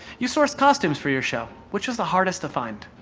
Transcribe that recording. you source costumes for your show which was the hardest to find?